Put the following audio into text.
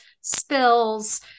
spills